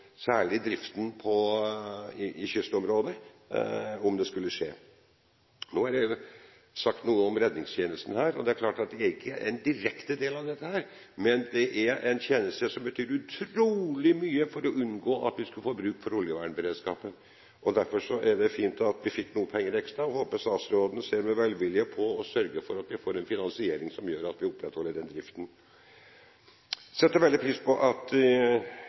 særlig driften i kystområdet om det skulle skje noe. Nå er det sagt noe om Redningstjenesten her, og det er klart at det er ikke en direkte del av dette, men det er en tjeneste som betyr utrolig mye for å unngå at vi skal få bruk for oljevernberedskapen. Derfor er det fint at vi fikk noen penger ekstra, og jeg håper at statsråden ser med velvilje på og sørger for at vi får en finansiering som gjør at vi opprettholder den driften. Jeg setter veldig pris på at Kystverket nå har fått i